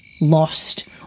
lost